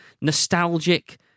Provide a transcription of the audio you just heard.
nostalgic